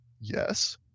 yes